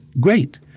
great